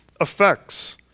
effects